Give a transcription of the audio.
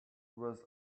was